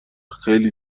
خیلی